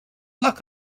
luck